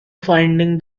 finding